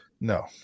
No